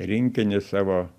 rinkinį savo